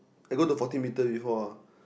I go to forty meter before ah